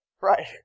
Right